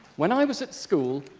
when i was at school,